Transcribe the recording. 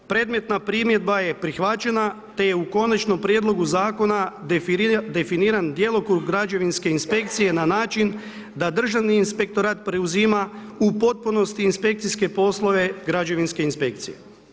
Predmetna primjedba je prihvaćena, te je u Konačnom prijedlogu Zakona, definiran djelokrug građevinske inspekcije na način da državni inspektorat preuzima u potpunosti inspekcijske poslove građevine inspekcije.